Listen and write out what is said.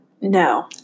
No